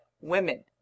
women